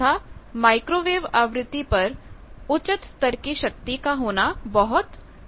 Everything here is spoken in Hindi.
तथा माइक्रोवेव आवृत्ति पर उचित स्तर की शक्ति का होना बहुत जरूरी है